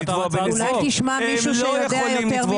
נתי, אולי תשמע מישהו שיודע יותר ממך?